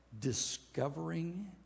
discovering